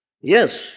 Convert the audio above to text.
Yes